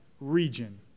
region